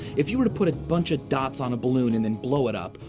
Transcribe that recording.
if you were to put a bunch of dots on a balloon and then blow it up,